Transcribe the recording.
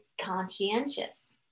conscientious